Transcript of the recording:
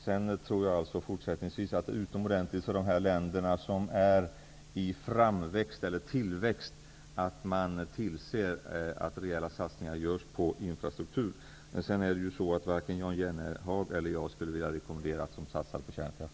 Sedan tror jag fortsättningsvis att det är utomordentligt för dessa länder som är i tillväxt att man tillser att rejäla satsningar görs på infrastruktur. Men varken Jan Jennehag eller jag skulle vilja rekommendera dem att satsa på kärnkraft.